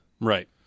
right